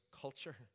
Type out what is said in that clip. culture